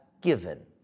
given